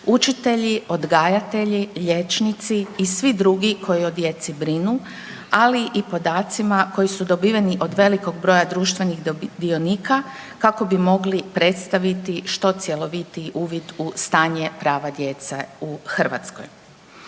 učitelji, odgajatelji, liječnici i svi drugi koji o djeci brinu, ali i podacima koji su dobiveni od velikog broja društvenih dionika kako bi mogli predstaviti što cjelovitiji uvid u stanje prava djece u Hrvatskoj.